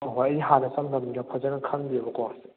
ꯍꯣꯏ ꯍꯣꯏ ꯑꯩ ꯍꯥꯟꯅ ꯆꯪꯗꯕꯅꯤꯅ ꯐꯖꯅ ꯈꯪꯗꯦꯕꯀꯣ